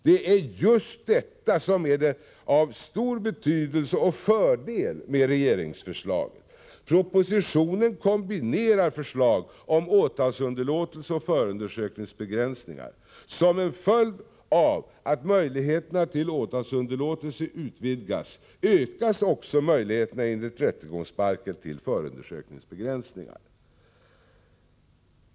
Det är just detta som är av så stor betydelse och fördelen med regeringsförslaget. Propositionen kombinerar förslag om åtalsunderlåtelse med förundersökningsbegränsningar. Som en följd av att möjligheterna till åtalsunderlåtelse utvidgas ökas också möjligheterna enligt rättegångsbalken till förundersökningsbegränsningar.